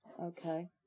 Okay